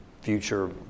future